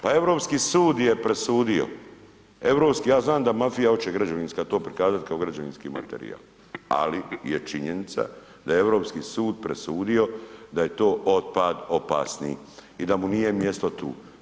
Pa Europski sud je presudio, europski, ja znam da mafija hoće građevinska to prikazati kao građevinski materijal ali je činjenica da je Europski sud presudio da je to otpad opasni i da mu nije mjesto tu.